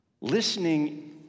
listening